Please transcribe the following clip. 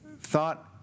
thought